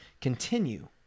continue